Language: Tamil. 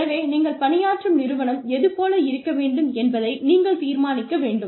எனவே நீங்கள் பணியாற்றும் நிறுவனம் எது போல இருக்க வேண்டும் என்பதை நீங்கள் தீர்மானிக்க வேண்டும்